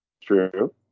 True